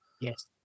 Yes